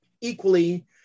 equally